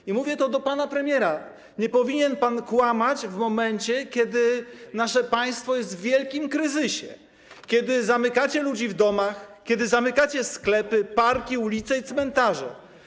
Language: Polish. I mówię to do pana premiera: Nie powinien pan kłamać, w momencie kiedy nasze państwo jest w wielkim kryzysie, kiedy zamykacie ludzi w domach, kiedy zamykacie sklepy, parki, ulice i cmentarze.